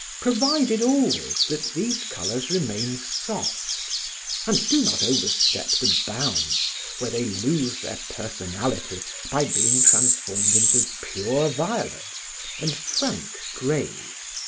provided always that these colors remain soft and do not overstep the bounds where they lose their personalities by being transformed into pure violets and frank greys.